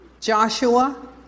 Joshua